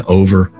over